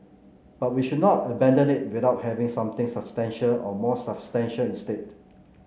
but we should not abandon it without having something substantial and more substantial instead